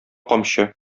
камчы